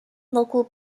local